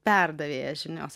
perdavėjas žinios